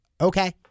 okay